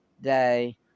day